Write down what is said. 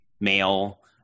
male